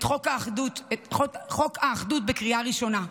את חוק האחדות בקריאה הראשונה.